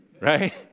right